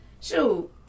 Shoot